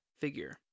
figure